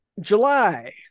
July